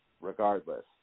regardless